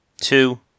two